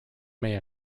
may